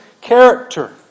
character